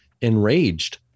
enraged